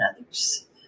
others